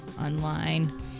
online